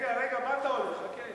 התשע"ב 2012, נתקבל.